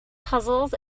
puzzles